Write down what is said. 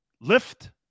lift